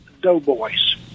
Doughboys